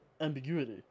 ambiguity